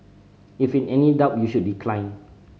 if in any doubt you should decline